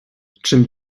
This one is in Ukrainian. чим